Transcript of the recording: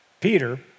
Peter